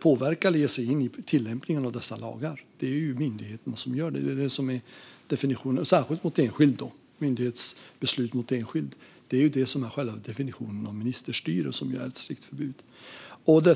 påverka eller ge sig in i tillämpningen av dessa lagar. Den står myndigheterna för, särskilt gentemot enskilda. Detta är själva definitionen av ministerstyre, som det råder ett strikt förbud mot.